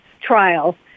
trial